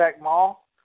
Mall